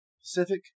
Pacific